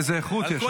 איזה איכות יש שם?